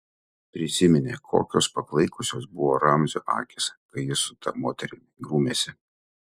prisiminė kokios paklaikusios buvo ramzio akys kai jis su ta moterimi grūmėsi